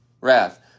wrath